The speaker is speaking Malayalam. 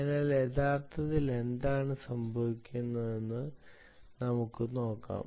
അതിനാൽ യഥാർത്ഥത്തിൽ എന്താണ് സംഭവിക്കുന്നതെന്ന് നമുക്ക് നോക്കാം